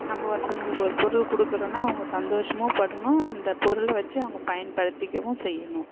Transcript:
நம்ம ஒருத்தவங்களுக்கு ஒரு பொருள் கொடுக்குறோன்னா அவங்க சந்தோஷமும் படணும் அந்த பொருளை வச்சு அவங்க பயன்படுத்திக்கவும் செய்யணும்